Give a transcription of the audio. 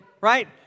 right